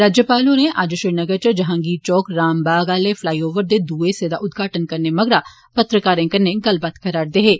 governor होर अज्ज श्रीनगर च जहांगीर चौक रामबाग आले फ्लाई ओवर दे दुए हिस्से दा उद्घाटन करने मगरा पत्रकार कन्नै गल्ल करा'रदे हे